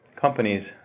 companies